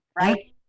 right